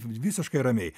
visiškai ramiai